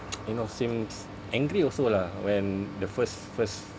you know seems angry also lah when the first first